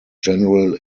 general